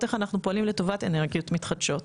איך אנחנו פועלים לטובת אנרגיות מתחדשות,